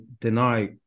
deny